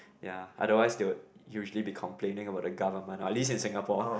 ya otherwise they would usually be complaining about the government or at least in Singapore